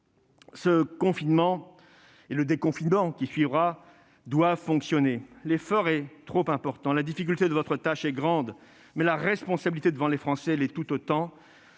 ce confinement et le déconfinement qui suivra doivent fonctionner. L'effort est trop important. La difficulté de votre tâche est grande, mais la responsabilité devant les Français l'est tout autant.